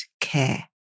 care